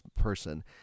person